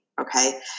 okay